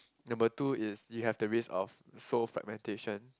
number two is you have the risk of so fragmentation